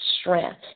strength